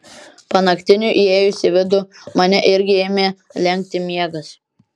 panaktiniui įėjus į vidų mane irgi ėmė lenkti miegas